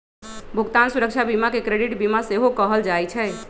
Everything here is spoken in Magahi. भुगतान सुरक्षा बीमा के क्रेडिट बीमा सेहो कहल जाइ छइ